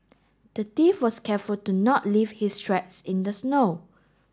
the thief was careful to not leave his tracks in the snow